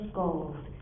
gold